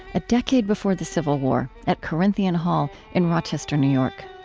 a decade before the civil war, at corinthian hall in rochester, new york